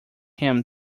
him